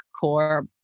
core